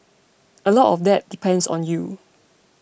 a lot of that depends on you